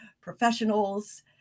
professionals